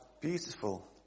beautiful